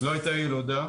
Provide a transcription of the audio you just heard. לא הייתה ילודה,